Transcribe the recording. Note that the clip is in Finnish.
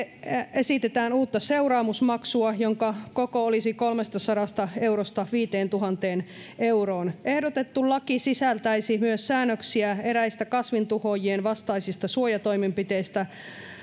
esitetään uutta seuraamusmaksua jonka koko olisi kolmestasadasta eurosta viiteentuhanteen euroon ehdotettu laki sisältäisi myös säännöksiä eräistä kasvintuhoojien vastaisista suojatoimenpiteistä